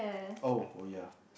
oh oh ya